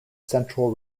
central